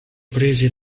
presi